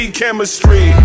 chemistry